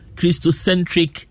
Christocentric